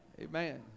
Amen